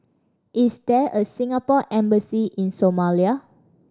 is there a Singapore Embassy in Somalia